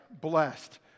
blessed